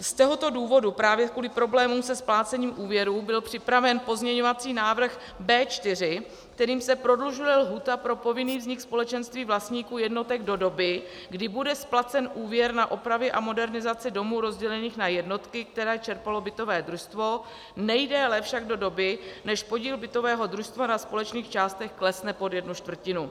Z tohoto důvodu, právě kvůli problémům se splácením úvěrů, byl připraven pozměňovací návrh B4, kterým se prodlužuje lhůta pro povinný vznik společenství vlastníků jednotek do doby, kdy bude splacen úvěr na opravy a modernizaci domů rozdělených na jednotky, které čerpalo bytové družstvo, nejdéle však do doby, než podíl bytového družstva na společných částech klesne pod jednu čtvrtinu.